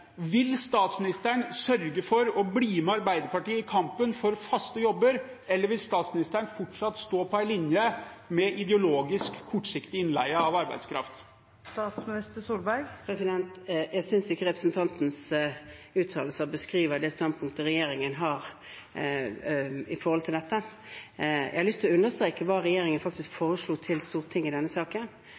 Vil statsministeren sørge for å bli med Arbeiderpartiet i kampen for faste jobber, eller vil statsministeren fortsatt stå på en linje med ideologisk, kortsiktig innleie av arbeidskraft? Jeg synes ikke representantens uttalelser beskriver det standpunktet regjeringen har til dette. Jeg har lyst til å understreke hva regjeringen faktisk foreslo til Stortinget i denne saken.